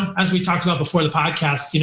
as we talked about before the podcast,